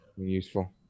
useful